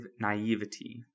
naivety